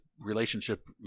relationship